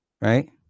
Right